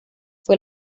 fue